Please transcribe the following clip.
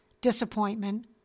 disappointment